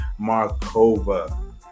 Markova